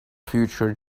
future